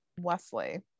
wesley